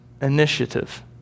initiative